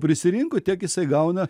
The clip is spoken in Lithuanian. prisirinko tiek jisai gauna